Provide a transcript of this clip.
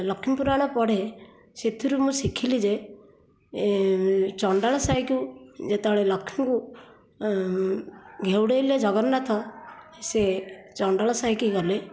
ଲକ୍ଷ୍ମୀପୁରାଣ ପଢ଼େ ସେଥିରୁ ମୁଁ ଶିଖିଲି ଯେ ଚଣ୍ଡାଳ ସାହିକୁ ଯେତେବେଳେ ଲକ୍ଷ୍ମୀଙ୍କୁ ଘଉଡ଼େଇଲେ ଜଗନ୍ନାଥ ସେ ଚଣ୍ଡାଳ ସାହିକି ଗଲେ